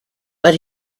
but